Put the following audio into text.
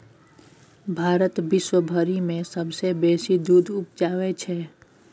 भारत विश्वभरि मे सबसँ बेसी दूध उपजाबै छै